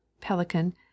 Pelican